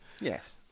Yes